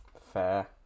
Fair